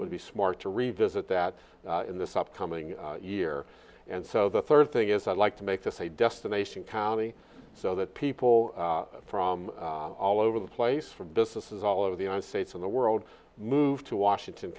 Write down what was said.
would be smart to revisit that in this upcoming year and so the third thing is i'd like to make this a destination county so that people from all over the place from businesses all over the united states in the world move to washington